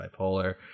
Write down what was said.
bipolar